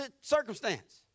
circumstance